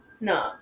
No